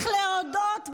צריך להודות ביושר,